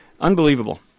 Unbelievable